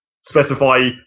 specify